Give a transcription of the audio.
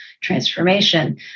transformation